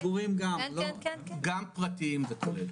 גם פרטיים זה כולל.